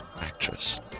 actress